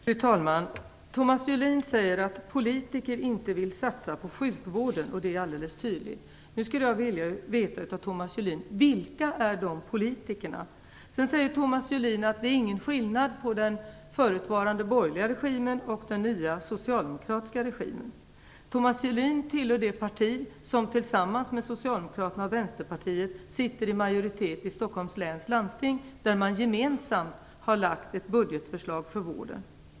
Fru talman! Thomas Julin säger att politiker inte vill satsa på sjukvården, och att det är alldeles tydligt. Jag skulle nu vilja veta av Thomas Julin: Vilka är dessa politiker? Thomas Julin säger vidare att det inte är någon skillnad på den förutvarande borgerliga regimen och den nya socialdemokratiska regimen. Thomas Julin tillhör det parti som tillsammans med Socialdemokraterna och Vänsterpartiet sitter i majoritet i Stockholms läns landsting, där man gemensamt lagt fram ett budgetförslag för vården.